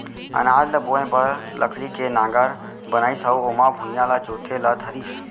अनाज ल बोए बर लकड़ी के नांगर बनाइस अउ ओमा भुइयॉं ल जोते ल धरिस